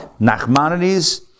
Nachmanides